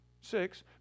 Six